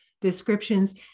descriptions